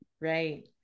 right